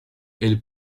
elle